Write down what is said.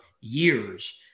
years